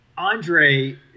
Andre